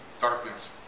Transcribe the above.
darkness